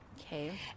Okay